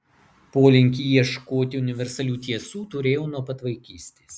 polinkį ieškoti universalių tiesų turėjau nuo pat vaikystės